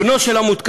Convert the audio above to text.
בנו של המותקף,